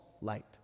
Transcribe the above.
light